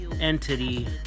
entity